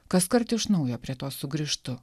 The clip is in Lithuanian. kaskart iš naujo prie to sugrįžtu